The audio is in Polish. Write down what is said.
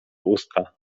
usta